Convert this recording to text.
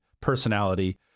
personality